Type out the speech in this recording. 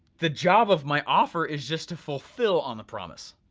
the job of my offer is just to fulfill on the promise,